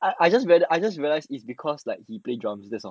I I just I just realised is because like he play drums thats all